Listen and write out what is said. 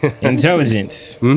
intelligence